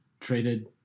traded